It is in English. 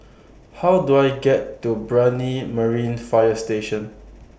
How Do I get to Brani Marine Fire Station